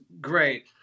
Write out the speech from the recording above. great